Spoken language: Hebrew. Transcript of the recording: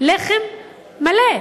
לחם מלא.